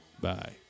Bye